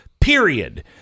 period